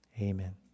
Amen